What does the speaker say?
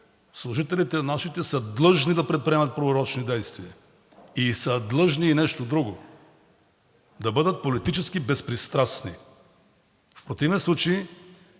служители са длъжни да предприемат проверочни действия и са длъжни и нещо друго – да бъдат политически безпристрастни. В противен случай